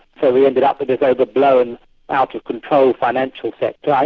so we ended up with this overblown out-of-control financial sector. ah